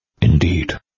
indeed